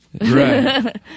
right